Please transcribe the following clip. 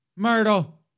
Myrtle